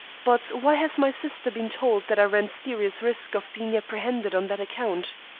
but why has my sister been told that i ran serious risk of being apprehended on that account?